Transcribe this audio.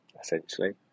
essentially